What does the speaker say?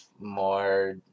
more